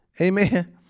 Amen